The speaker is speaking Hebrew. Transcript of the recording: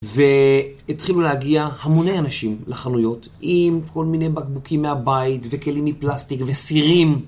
והתחילו להגיע המוני אנשים לחנויות עם כל מיני בקבוקים מהבית וכלים מפלסטיק וסירים.